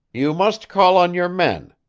you must call on your men,